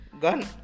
Gun